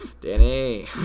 Danny